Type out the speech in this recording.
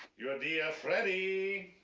your dear freddie. oh.